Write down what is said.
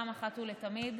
אחת ולתמיד,